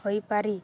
ହୋଇପାରିବ